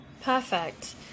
Perfect